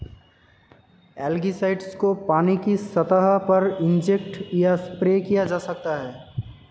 algicides को पानी की सतह पर इंजेक्ट या स्प्रे किया जा सकता है